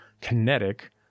Kinetic